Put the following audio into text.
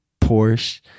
Porsche